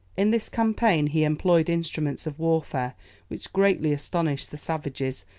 in this campaign he employed instruments of warfare which greatly astonished the savages,